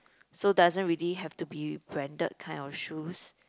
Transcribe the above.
so doesn't really have to be branded kind of shoes